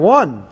one